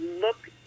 look